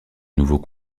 nouveau